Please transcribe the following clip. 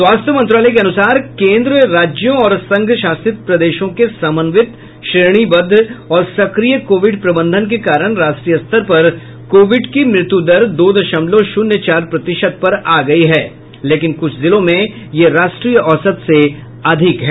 स्वास्थ्य मंत्रालय के अनुसार केंद्र राज्यों और संघशासित प्रदेशों के समन्वित श्रेणीबद्ध और सक्रिय कोविड प्रबंधन के कारण राष्ट्रीय स्तर पर कोविड की मृत्यु दर दो दशमलव शून्य चार प्रतिशत पर आ गई है लेकिन कुछ जिलों में यह राष्ट्रीय औसत से अधिक है